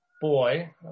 boy